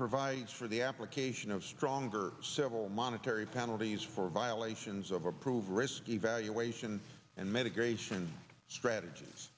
provides for the application of stronger several monetary penalties for violations of approved risk evaluation and medication strategies